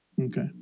Okay